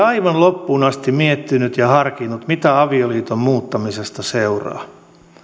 aivan loppuun asti miettinyt ja harkinnut mitä avioliiton muuttamisesta seuraa